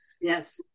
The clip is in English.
yes